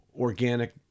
organic